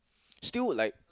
still like